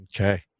Okay